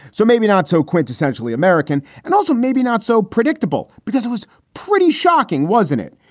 so maybe not so quintessentially american and also maybe not so predictable because it was pretty shocking, wasn't it?